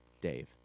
Dave